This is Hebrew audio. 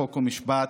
חוק ומשפט,